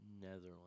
Netherlands